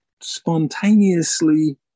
spontaneously